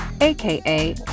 AKA